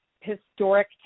historic